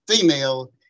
female